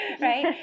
right